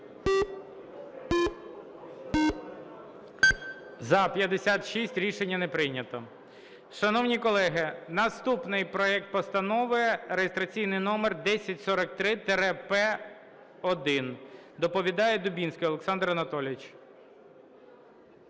За-56 Рішення не прийнято. Шановні колеги, наступний проект Постанови реєстраційний номер 1043-П1. Доповідає Дубінський Олександр Анатолійович.